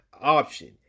option